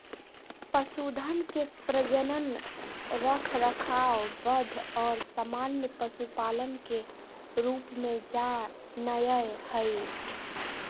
पशुधन के प्रजनन, रखरखाव, वध और सामान्य पशुपालन के रूप में जा नयय हइ